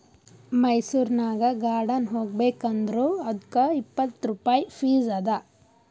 ಮೈಸೂರನಾಗ್ ಗಾರ್ಡನ್ ಹೋಗಬೇಕ್ ಅಂದುರ್ ಅದ್ದುಕ್ ಇಪ್ಪತ್ ರುಪಾಯಿ ಫೀಸ್ ಅದಾ